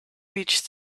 reached